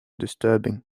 disturbing